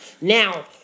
Now